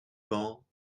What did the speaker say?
bancs